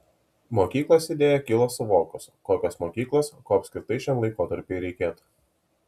mokyklos idėja kilo suvokus kokios mokyklos ko apskritai šiam laikotarpiui reikėtų